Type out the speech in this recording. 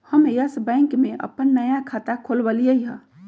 हम Yes Bank में अप्पन नया खाता खोलबईलि ह